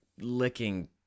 licking